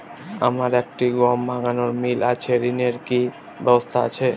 আমার একটি গম ভাঙানোর মিল আছে ঋণের কি ব্যবস্থা আছে?